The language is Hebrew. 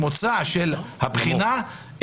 אסור להכשיל אותו באמצעות בחינה קשה.